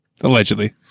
Allegedly